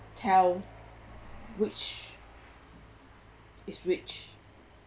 tell which is which